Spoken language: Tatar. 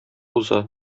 уза